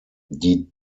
die